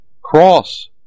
cross